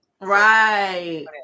Right